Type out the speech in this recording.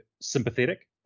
sympathetic